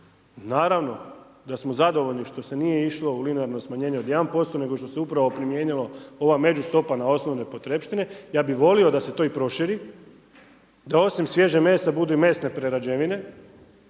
naravno da smo zadovoljni što se nije išlo u linearno smanjenje od 1%, nego što se upravo primijenilo ova međustopa na osnovne potrepštine, ja bih volio da se to i proširi, da osim svježeg mesa budu i mesne prerađevine,